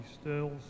Stills